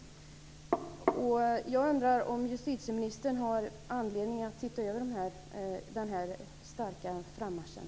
Jag undrar om justitieministern har anledning att se över den här starka frammarschen.